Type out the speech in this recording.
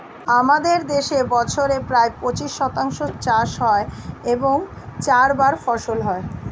আমাদের দেশে বছরে প্রায় পঁচিশ শতাংশ চাষ হয় এবং চারবার ফসল হয়